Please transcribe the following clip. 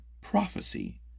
prophecy